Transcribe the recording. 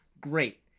great